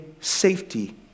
safety